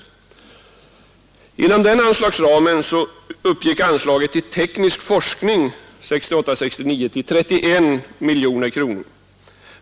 Inom den anslagsramen uppgick anslaget till teknisk forskning budgetåret 1968/69 till 31 miljoner kronor.